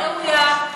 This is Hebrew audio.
במהירות הראויה.